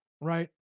Right